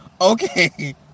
Okay